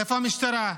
איפה המשטרה?